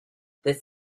this